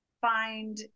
find